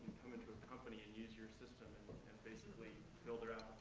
come into a company and use your system, and basically build their ah